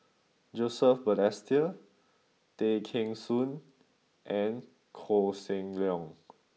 Joseph Balestier Tay Kheng Soon and Koh Seng Leong